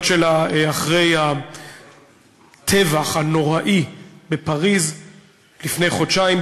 שלה לאחר הטבח הנוראי בפריז לפני חודשיים,